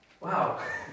Wow